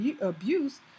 abuse